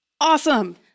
Awesome